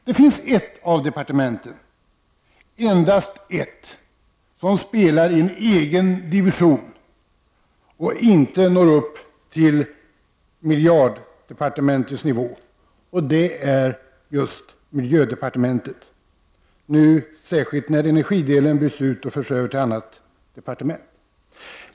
Det finns ett av departementen, endast ett, som spelar i en egen division och inte når upp till miljarddepartementens nivå, och det är just miljödepartementet, särskilt nu när energidelen bryts ut och förs över till ett annat departement.